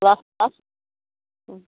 class class hmm